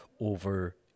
over